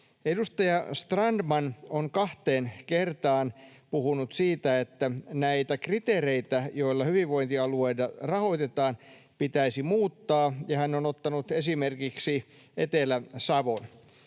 Edustaja Strandman on kahteen kertaan puhunut siitä, että näitä kriteereitä, joilla hyvinvointialueita rahoitetaan, pitäisi muuttaa. Hän on ottanut esimerkiksi Etelä-Savon.